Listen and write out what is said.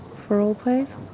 for all place.